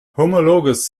homologous